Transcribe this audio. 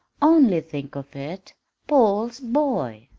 only think of it paul's boy!